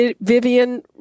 Vivian